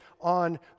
on